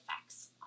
effects